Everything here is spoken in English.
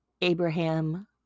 Abraham